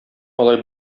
алай